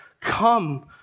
come